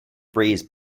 breeze